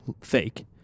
fake